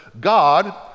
God